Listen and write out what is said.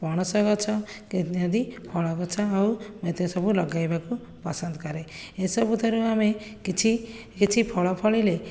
ପଣସ ଗଛ ଇତ୍ୟାଦି ଫଳ ଗଛ ଆଉ ମୁଁ ଏତିକ ସବୁ ଲଗାଇବାକୁ ପସନ୍ଦ କରେ ଏ ସବୁଥିରୁ ଆମେ କିଛି କିଛି ଫଳ ଫଳିଲେ